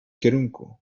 kierunku